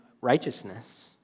righteousness